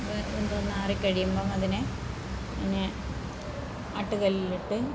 അത് വെന്തൊന്നാറി കഴിയുമ്പം അതിനെ ഇങ്ങനെ ആട്ടു കല്ലിലിട്ട്